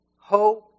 hope